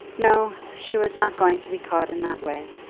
no she was not going to be caught in that way.